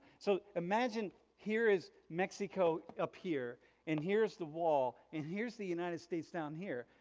so imagine here is mexico up here and here's the wall and here's the united states down here.